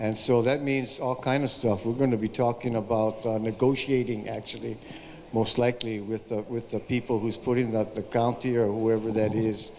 and so that means all kinds of stuff we're going to be talking about negotiating actually most likely with the with the people who's putting up the county or wherever that is